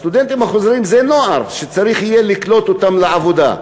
הסטודנטים החוזרים זה נוער שצריך יהיה לקלוט אותו לעבודה.